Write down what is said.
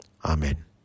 Amen